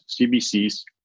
CBC's